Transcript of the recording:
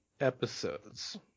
episodes